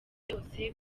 byose